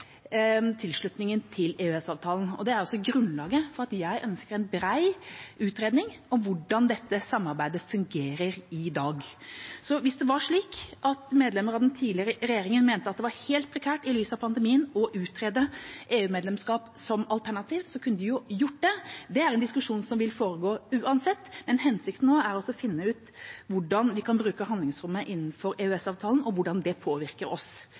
tilslutningen til EØS-avtalen. Det er grunnlaget for at jeg ønsker en bred utredning om hvordan dette samarbeidet fungerer i dag. Hvis det var slik at medlemmer av den tidligere regjeringen mente det var helt prekært i lys av pandemien å utrede EU-medlemskap som alternativ, kunne de jo gjort det. Det er en diskusjon som vil foregå uansett, men hensikten nå er å finne ut hvordan vi kan bruke handlingsrommet innenfor EØS-avtalen, og hvordan det påvirker oss